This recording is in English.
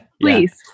please